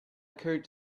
occurred